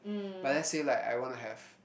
but let's say like I wanna have